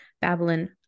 Babylon